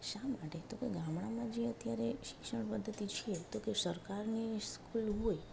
શા માટે તો કે ગામડામાં જે અત્યારે શિક્ષણ પદ્ધતિ છે તો કે સરકારની સ્કૂલ હોય